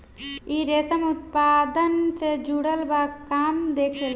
इ रेशम उत्पादन से जुड़ल सब काम देखेला